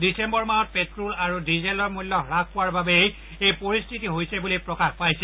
ডিচেম্বৰ মাহত প্ট্ৰেল আৰু ডিজেলৰ মূল্য হাস পোৱাৰ বাবেই এই পৰিস্থিতি হয় বুলি প্ৰকাশ পাইছে